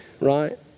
Right